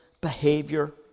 behavior